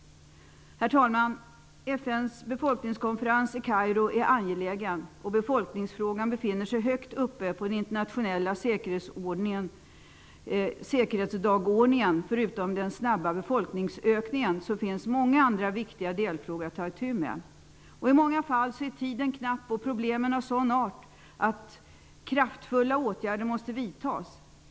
Herr talman! FN:s befolkningskonferens i Kairo är angelägen, och befolkningsfrågan befinner sig högt upp på den internationella säkerhetsdagordningen. Förutom den snabba befolkningsökningen finns det många andra viktiga delfrågor att ta itu med. I många fall är tiden knapp och problemen av sådan art att kraftfulla åtgärder måste vidtas.